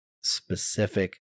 specific